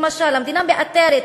למשל, המדינה מאתרת,